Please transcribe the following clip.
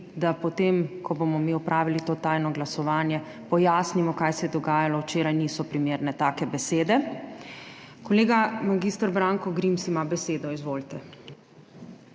da potem, ko bomo mi opravili to tajno glasovanje, pojasnimo, kaj se je dogajalo včeraj. Niso primerne take besede. Kolega mag. Branko Grims ima besedo. Izvolite.